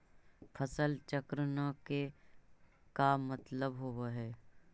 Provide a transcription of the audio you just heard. फसल चक्र न के का मतलब होब है?